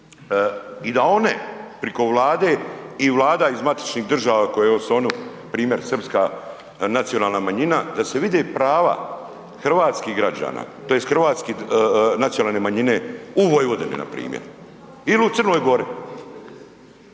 i da one preko Vlade i vlada iz matičnih država koje su oni primjer, srpska nacionalna manjina, da se vide prava hrvatskih građana tj. hrvatske nacionalne manjine u Vojvodini npr. ili u Crnoj Gori.